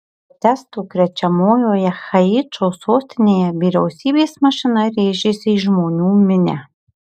protestų krečiamoje haičio sostinėje vyriausybės mašina rėžėsi į žmonių minią